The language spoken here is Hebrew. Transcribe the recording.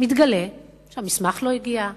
מתגלה שהמסמך לא הגיע,